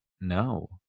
no